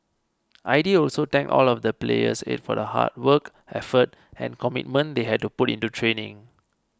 Aide also thanked all of the players for the hard work effort and commitment they had to put into training